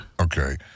Okay